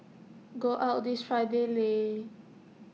go out this Friday Lei